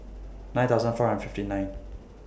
nine thousand four hundred and fifty nine